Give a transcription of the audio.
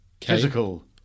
physical